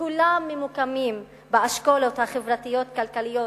כולם ממוקמים באשכולות החברתיים-הכלכליים,